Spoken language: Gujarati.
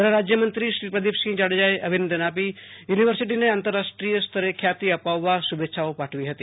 ગૃહ રાજ્યમંત્રીશ્રી પ્રદીપસિંહ જાડેજાએ અભિનંદન આપી યુ નિવર્સિટીને આંતરરાષ્ટ્રીય સ્તરે ખ્યાતિ અપાવવા શુ ભેચ્છાઓ પાઠવી હતી